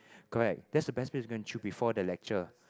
correct that's the best place to go and chill before the lecture